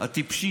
הטיפשים